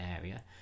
area